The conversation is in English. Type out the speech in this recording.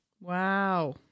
Wow